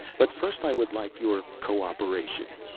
but first i would like your co-operation.